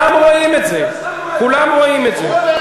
תענה לי,